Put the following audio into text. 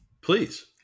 Please